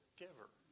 giver